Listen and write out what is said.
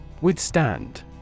Withstand